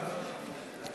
קצת,